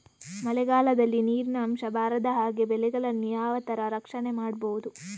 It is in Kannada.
ಮಳೆಗಾಲದಲ್ಲಿ ನೀರಿನ ಅಂಶ ಬಾರದ ಹಾಗೆ ಬೆಳೆಗಳನ್ನು ಯಾವ ತರ ರಕ್ಷಣೆ ಮಾಡ್ಬಹುದು?